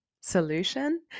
solution